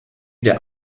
der